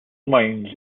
minds